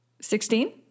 Sixteen